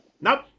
Nope